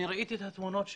אני ראיתי את התמונות שהצגת,